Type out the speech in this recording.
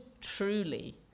truly